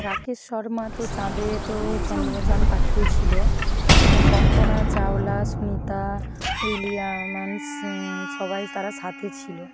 রাকেশ শর্মা তো চাঁদে তো চন্দ্রযান পাঠিয়েছিল এবং কল্পনা চাওলা সুনীতা উইলিয়াম্স সবাই তারা সাথে ছিল